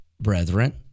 brethren